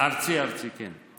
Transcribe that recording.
ארצי, כן.